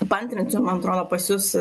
paantrinčiau man atrodo pas jus